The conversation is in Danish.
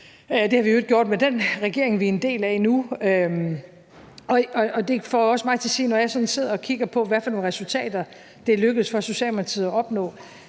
det har vi jo i øvrigt gjort med den regering, vi er en del af nu. Det får mig også til at sige, at når jeg sådan sidder og kigger på, hvad for nogle resultater det er lykkedes for Socialdemokratiet at opnå,